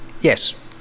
yes